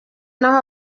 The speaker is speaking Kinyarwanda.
naho